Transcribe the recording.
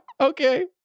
Okay